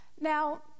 Now